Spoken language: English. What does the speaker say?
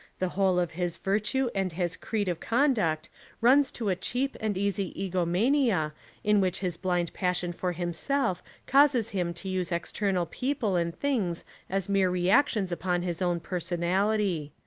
the whole of his virtue and his creed of conduct runs to a cheap and easy egomania in which his blind passion for himself causes him to use external people and things as mere reactions upon his own personality.